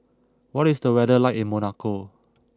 what is the weather like in Monaco